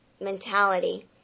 mentality